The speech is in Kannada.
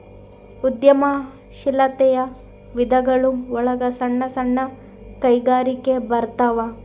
ಉದ್ಯಮ ಶೀಲಾತೆಯ ವಿಧಗಳು ಒಳಗ ಸಣ್ಣ ಸಣ್ಣ ಕೈಗಾರಿಕೆ ಬರತಾವ